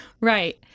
Right